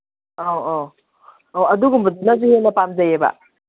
ꯑꯧ ꯑꯧ ꯑꯧ ꯑꯗꯨꯒꯨꯝꯕꯗꯨꯅꯁꯨ ꯍꯦꯟꯅ ꯄꯥꯝꯖꯩꯌꯦꯕ